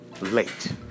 late